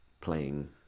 playing